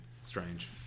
Strange